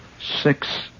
Six